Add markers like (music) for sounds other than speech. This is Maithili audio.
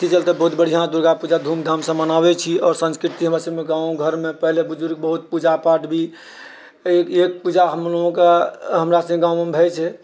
(unintelligible) चलते बहुत बढ़िआँ दुर्गापूजा बहुत धूमधामसँ मनाबै छी आओर संस्कृति हमरासब गाँव घरमे पहिले बुजुर्ग बहुत पूजा पाठ भी एक पूजा हमलोगोके हमरासबकेँ गाँवमे भइ छै